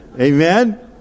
Amen